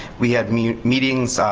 we had meetings,